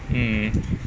mm